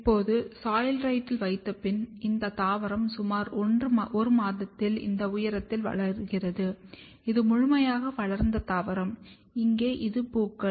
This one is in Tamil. இப்போது சாயில்ரைட்டில் வைத்தப்பின் இந்த தாவரம் சுமார் 1 மாதத்தில் இந்த உயரத்தில் வளர்கிறது இது முழுமையாக வளர்ந்த தாவரம் இங்கே இது பூக்கள்